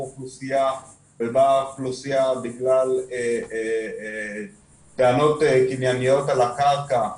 אוכלוסייה בגלל טענות קנייניות על הקרקע,